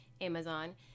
Amazon